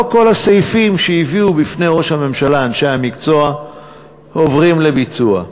לא כל הסעיפים שהביאו בפני ראש הממשלה אנשי המקצוע עוברים לביצוע.